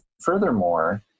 Furthermore